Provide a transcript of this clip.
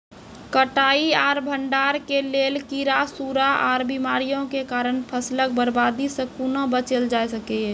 कटाई आर भंडारण के लेल कीड़ा, सूड़ा आर बीमारियों के कारण फसलक बर्बादी सॅ कूना बचेल जाय सकै ये?